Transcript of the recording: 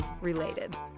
related